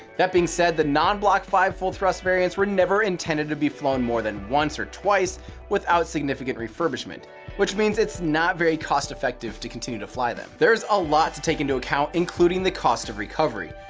that being said, the non block five full thrust variants were never intended to be flown more than once or twice without significant refurbishment which means it's not very cost effective to continue to fly them. there's a lot to take into account including the cost of recovery.